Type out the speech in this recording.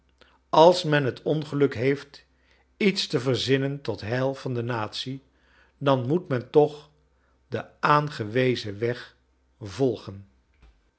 als men bet ongeluk heeft lets te verzinnen tot heil van de natie dan moet men tooh den aangewezen weg volgen